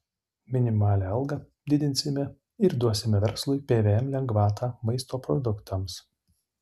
minimalią algą didinsime ir duosime verslui pvm lengvatą maisto produktams